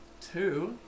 two